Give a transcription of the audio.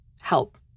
help